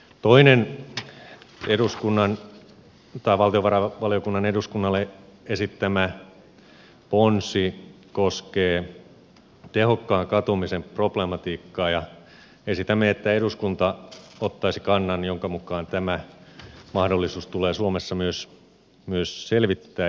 toinen valtiovarainvaliokunnan eduskunnalle esittämä ponsi koskee tehokkaan katumisen problematiikkaa ja esitämme että eduskunta ottaisi kannan jonka mukaan tämä mahdollisuus tulee suomessa selvittää